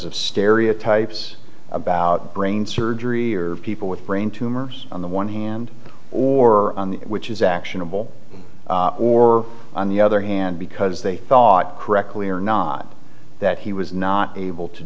of stereotypes about brain surgery or people with brain tumors on the one hand or which is actionable or on the other hand because they thought correctly or not that he was not able to